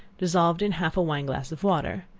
dissolved in half a wine-glass of water.